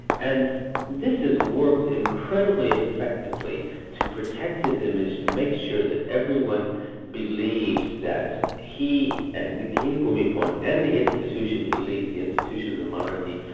and this has worked incredibly effectively to protect his image, to make sure that everyone believes that he, and king bhumibol, and and the institution he leads, the institution of the monarchy,